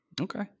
Okay